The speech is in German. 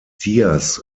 diaz